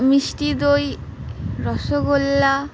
মিষ্টি দই রসগোল্লা